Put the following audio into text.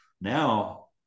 now